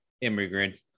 immigrants